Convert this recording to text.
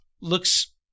Looks